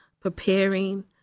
preparing